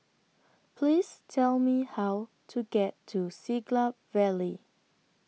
Please Tell Me How to get to Siglap Valley